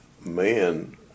man